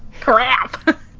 Crap